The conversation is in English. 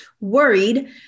worried